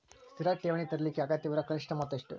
ಸ್ಥಿರ ಠೇವಣಿ ತೆರೇಲಿಕ್ಕೆ ಅಗತ್ಯವಿರೋ ಕನಿಷ್ಠ ಮೊತ್ತ ಎಷ್ಟು?